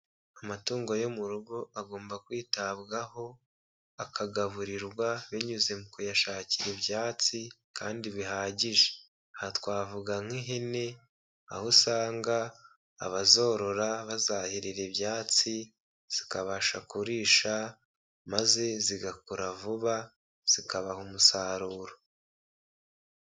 Amatungo yo mu rugo agomba kwitabwaho akagaburirwa binyuze mu kuyashakira ibyatsi kandi bihagije, aha twavuga nk'ihene aho usanga abazorora bazahirira ibyatsi zikabasha kurisha maze zigakora vuba zikabaha umusaruro.